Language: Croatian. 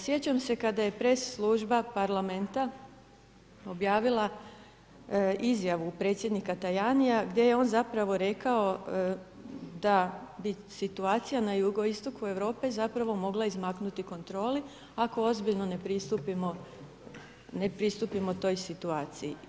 Sjećam se kada je press služba Parlamenta objavila izjavu predsjednika Tajania gdje je on zapravo rekao da bi situacija na jugoistoku Europe zapravo mogla izmaknuti kontroli ako ozbiljno ne pristupimo toj situaciji.